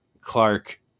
Clark